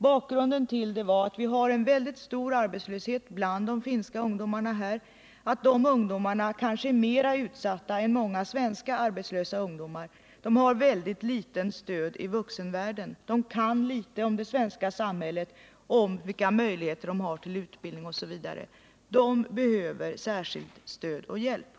Bakgrunden till denna anhållan var att det råder en väldig arbetslöshet bland de finska ungdomarna här i landet och att dessa ungdomar kanske är mer utsatta än många av våra svenska arbetslösa ungdomar. De har dessutom ytterligt litet stöd i vuxenvärlden, de känner till föga om det svenska samhället, vilka möjligheter till utbildning de har, osv. De behöver därför särskilt mycket stöd och hjälp.